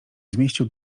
zmieścił